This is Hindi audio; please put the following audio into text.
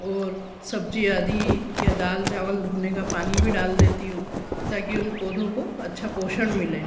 और सब्जी आदि या दाल चावल धोने का पानी भी डाल देती हूँ ताकी उन् पौधों को अच्छा पोषण मिले